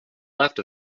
left